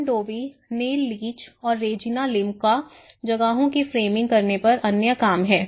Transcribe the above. किम Dovey Neil Leach और Regina Lim का जगहों की फ्रेमिंग करने पर अन्य काम है